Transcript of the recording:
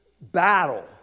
battle